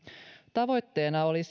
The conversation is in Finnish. tavoitteena oli